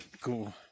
Cool